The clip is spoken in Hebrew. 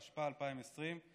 התשפ"א 2020,